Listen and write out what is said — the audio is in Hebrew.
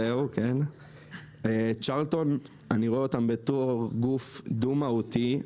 אני רואה את צ'רלטון כגוף דו-מהותי.